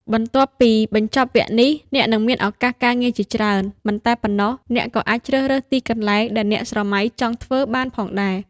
បន្ទាប់ពីបញ្ចប់វគ្គនេះ អ្នកនឹងមានឱកាសការងារជាច្រើន មិនតែប៉ុណ្ណោះអ្នកក៏អាចជ្រើសរើសទីកន្លែងដែលអ្នកស្រមៃចង់ធ្វើបានផងដែរ។